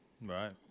Right